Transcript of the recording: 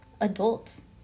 adults